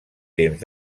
temps